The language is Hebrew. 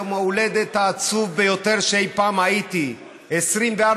יום ההולדת העצוב ביותר שאי-פעם הייתי בו,